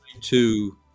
two